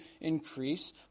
increase